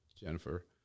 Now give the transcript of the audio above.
jennifer